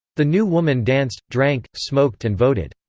the new woman danced, drank, smoked and voted.